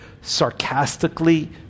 sarcastically